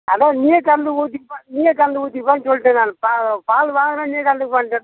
அதுதான் நீயே கறந்து ஊத்திக்கப்பா நீயே கறந்து ஊத்திக்கப்பான்னு சொல்லிட்டேன் நான் பா பால் வாங்கினா நீயே கறந்துக்கப்பான்ட்டேன்